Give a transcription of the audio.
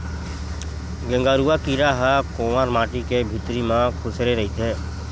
गेंगरूआ कीरा ह कोंवर माटी के भितरी म खूसरे रहिथे